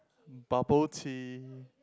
bubble tea